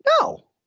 No